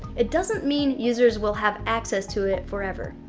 it doesn't mean users will have access to it forever.